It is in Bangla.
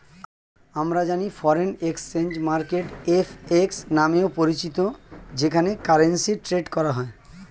আমরা জানি ফরেন এক্সচেঞ্জ মার্কেট এফ.এক্স নামেও পরিচিত যেখানে কারেন্সি ট্রেড করা হয়